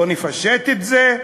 בוא נפשט את זה,